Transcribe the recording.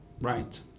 right